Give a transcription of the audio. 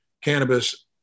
cannabis